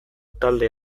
talde